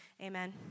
Amen